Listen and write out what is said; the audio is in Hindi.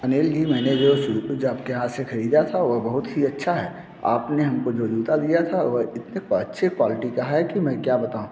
अनिल जी मैंने जो शूज आप के यहाँ से ख़रीदा था वह बहुत ही अच्छा है आप ने जो हम को जो जूता दिया था वह इतने अच्छे क्वालिटी का है कि मैं क्या बताऊँ